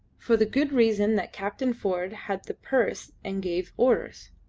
for the good reason that captain ford had the purse and gave orders.